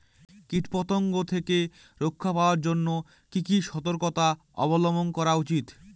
কীটপতঙ্গ থেকে রক্ষা পাওয়ার জন্য কি কি সর্তকতা অবলম্বন করা উচিৎ?